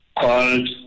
called